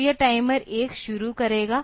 तो यह टाइमर 1 शुरू करेगा